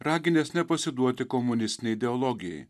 raginęs nepasiduoti komunistinei ideologijai